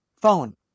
Phone